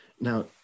Now